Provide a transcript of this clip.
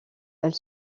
elle